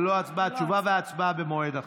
תשובה והצבעה במועד אחר.